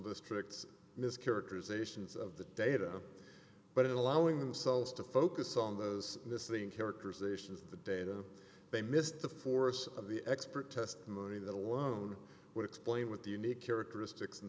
districts mischaracterizations of the data but in allowing themselves to focus on those missing characterizations of the data they missed the force of the expert testimony that alone would explain with the unique characteristics and